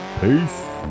Peace